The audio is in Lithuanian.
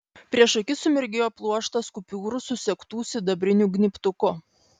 prieš akis sumirgėjo pluoštas kupiūrų susegtų sidabriniu gnybtuku